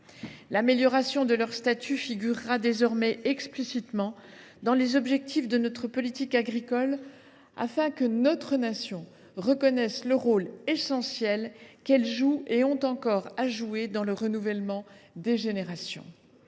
L’amélioration de leur statut figurera désormais explicitement dans les objectifs de notre politique agricole afin que notre nation reconnaisse le rôle essentiel qu’elles jouent, et ont encore à jouer, dans le renouvellement des générations.